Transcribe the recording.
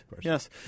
Yes